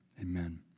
amen